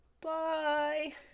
Bye